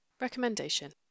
Recommendation